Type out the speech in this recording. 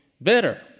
better